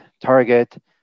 target